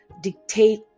dictate